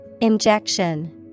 Injection